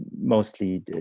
mostly